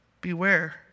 beware